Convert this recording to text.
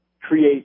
create